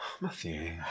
Matthew